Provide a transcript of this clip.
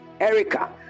Erica